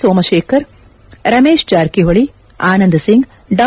ಸೋಮಶೇಖರ್ ರಮೇಶ್ ಜಾರಕಿಹೊಳಿ ಅನಂದ್ ಸಿಂಗ್ ಡಾ